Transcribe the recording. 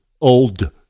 old